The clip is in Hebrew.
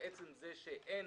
עצם זה שאין